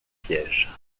siège